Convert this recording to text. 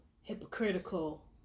hypocritical